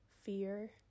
fear